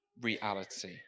reality